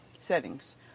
settings